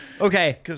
Okay